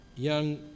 young